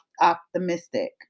optimistic